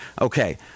Okay